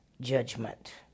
judgment